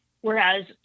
Whereas